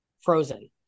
Frozen